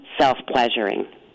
self-pleasuring